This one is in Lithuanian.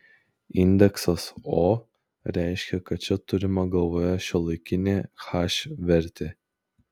indeksas o reiškia kad čia turima galvoje šiuolaikinė h vertė